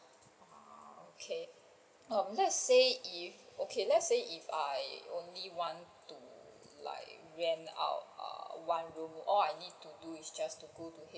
ah okay mm if let's say if okay let's say if I only want to like rent out ah one room all I need to do is just go to